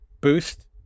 boost